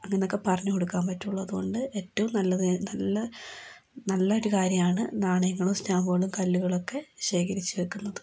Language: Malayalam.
അങ്ങനെയൊക്കെ പറഞ്ഞു കൊടുക്കാന് പറ്റുള്ളൂ അതുകൊണ്ട് ഏറ്റവും നല്ലത് നല്ല നല്ലൊരു കാര്യമാണ് നാണയങ്ങളും സ്റ്റാമ്പുകളും കല്ലുകളൊക്കെ ശേഖരിച്ചു വയ്ക്കുന്നത്